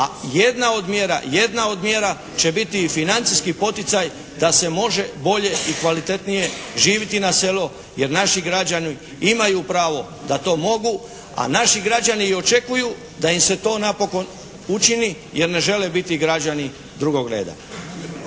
a jedna od mjera će biti i financijski poticaj da se može bolje i kvalitetnije živjeti na selu jer naši građani imaju pravo da to mogu a naši građani i očekuju da im se to napokon učini jer ne žele biti građani drugog reda.